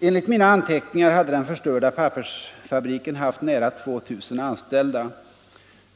Enligt mina anteckningar hade den förstörda pappersfabriken haft nära 2 000 anställda.